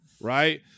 right